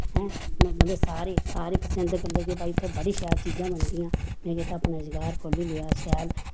हौं मतलव सारे सारे पसिंद करन लगे भाई उत्थें बड़ी शैल चीजां बनदियां में केह् कीता रुजगार खोह्ल्ली लेआ शैल चीजां